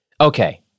Okay